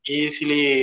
easily